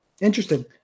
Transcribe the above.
Interesting